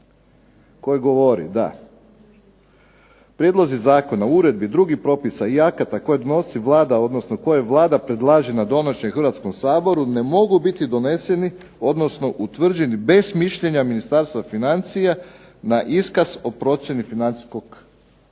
koji govori da prijedlozi zakona o uredbi i drugih propisa i akata koje nosi Vlada, odnosno koje Vlada predlaže na Hrvatskom saboru ne mogu biti doneseni odnosno utvrđeni bez mišljenja Ministarstva financija na iskaz o procjeni financijskog učinka.